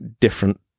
different